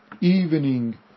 Evening